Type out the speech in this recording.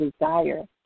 desire